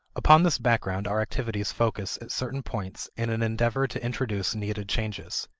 upon this background our activities focus at certain points in an endeavor to introduce needed changes.